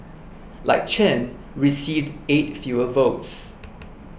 like Chen received eight fewer votes